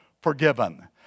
forgiven